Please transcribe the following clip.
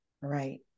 Right